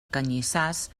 canyissars